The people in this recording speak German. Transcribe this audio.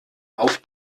auf